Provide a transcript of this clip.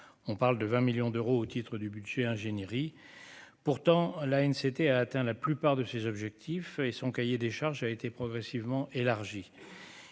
on parle de 20 millions d'euros au titre du budget ingénierie pourtant la une, c'était a atteint la plupart de ses objectifs et son cahier des charges a été progressivement élargi,